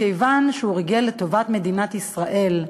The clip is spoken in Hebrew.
מכיוון שהוא ריגל לטובת מדינת ישראל,